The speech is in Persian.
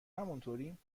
همونطوریم